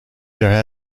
their